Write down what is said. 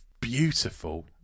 beautiful